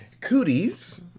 Cooties